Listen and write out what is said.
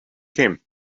came